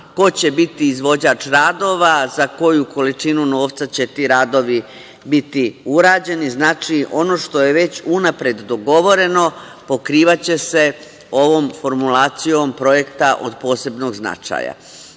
ko će biti izvođač radova, za koju količinu novca će ti radovi biti urađeni. Znači, ono što je već unapred dogovoreno, pokrivaće se ovom formulacijom projekta od posebnog značaja.E,